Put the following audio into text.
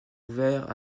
ouvert